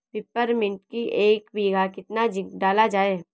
Peppermint की एक बीघा कितना जिंक डाला जाए?